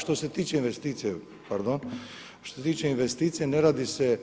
Što se tiče investicije, pardon, što se tiče investicije ne radi se